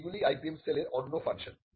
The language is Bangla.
এইগুলি IPM সেলের অন্য ফাংশন